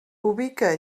ubica